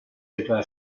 declara